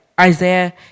Isaiah